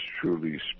truly